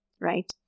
right